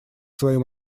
своим